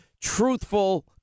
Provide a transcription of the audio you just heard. truthful